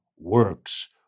works